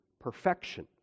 perfection